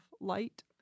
light